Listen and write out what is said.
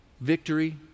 victory